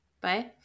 Bye